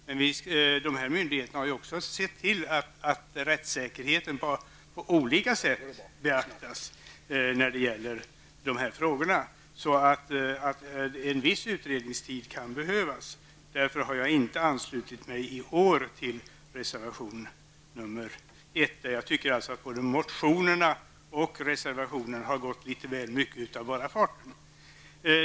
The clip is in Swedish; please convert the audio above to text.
Men de här myndigheterna har ju också sett till att rättssäkerheten i dessa frågor på olika sätt beaktas. En viss utredningstid kan behövas. Därför har jag i år inte anslutit mig till reservation nr. 1. Jag anser alltså att både motionerna och reservationerna har gått litet väl mycket av bara farten.